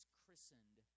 christened